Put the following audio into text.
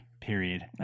period